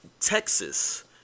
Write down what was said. Texas